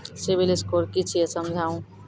Civil score कि छियै समझाऊ?